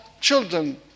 children